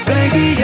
Baby